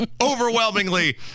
overwhelmingly